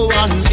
one